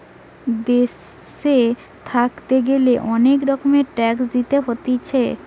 দেশে থাকতে গ্যালে অনেক রকমের ট্যাক্স দিতে হতিছে